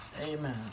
Amen